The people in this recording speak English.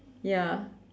ya